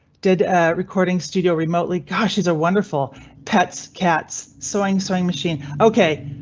did recording studio remotely? gosh these are wonderful pets. cats, sewing sewing machine ok.